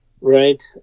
right